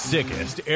Sickest